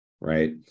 Right